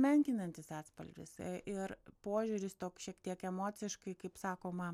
menkinantis atspalvis ir požiūris toks šiek tiek emociškai kaip sakoma